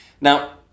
Now